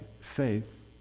faith